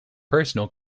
personal